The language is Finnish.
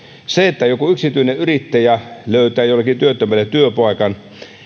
se että joku yksityinen yrittäjä löytää jollekin työttömälle työpaikan